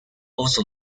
also